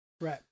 Right